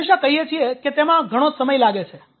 આપણે હંમેશાં કહીએ છીએ કે તેમાં ઘણો સમય લાગે છે